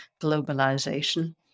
globalization